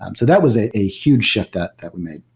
and so that was a a huge shift that that we made.